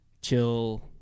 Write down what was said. chill